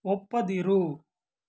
ಒಪ್ಪದಿರು